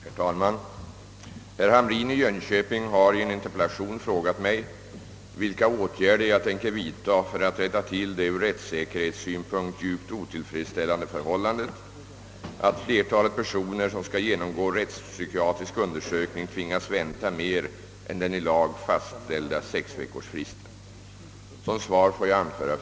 Herr talman! Herr Hamrin i Jönköping har i en interpellation frågat nig vilka åtgärder jag tänker vidta för att rätta till det ur rättssäkerhetssynpunkt djupt otillfredsställande förhållandet att flertalet personer som skall genomgå rättspsykiatrisk undersökning tvingas vänta mer än den i lag fastställda sexveckorsfristen. Som svar får jag anföra.